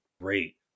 great